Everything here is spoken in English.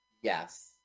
Yes